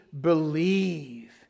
believe